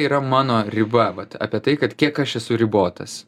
yra mano riba vat apie tai kad kiek aš esu ribotas